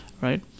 right